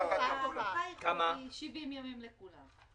ההארכה היא 70 ימים לכולם.